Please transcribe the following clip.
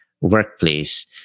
workplace